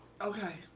Okay